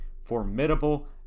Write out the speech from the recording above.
formidable